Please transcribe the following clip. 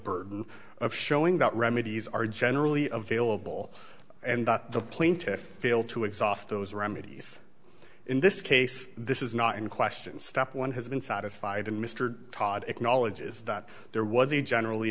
burden of showing that remedies are generally available and that the plaintiff failed to exhaust those remedies in this case this is not in question step one has been satisfied and mr todd acknowledges that there was a generally